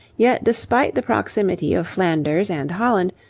yet despite the proximity of flanders and holland,